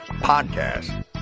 podcast